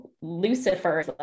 Lucifer